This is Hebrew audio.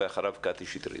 אחריו קטי שטרית.